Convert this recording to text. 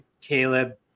Caleb